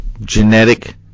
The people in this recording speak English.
genetic